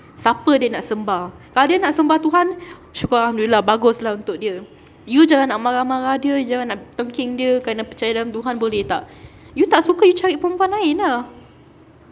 siapa dia nak sembah kalau dia nak sembah tuhan syukur alhamdulillah bagus lah untuk dia you jangan nak marah-marah dia jangan nak tengking dia kena percaya dalam tuhan boleh tak you tak suka you cari perempuan lain ah